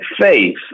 faith